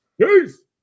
Peace